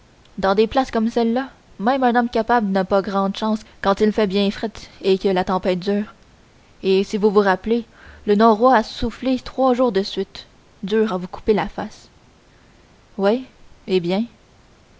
dans des places comme celles-là même un homme capable n'a pas grande chance quand il fait ben fret et que la tempête dure et si vous vous rappelez le norouâ a soufflé trois jours de suite dur à vous couper la face oui eh bien